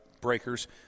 Breakers